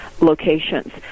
Locations